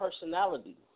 personality